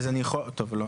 אז אני יכול, טוב לא.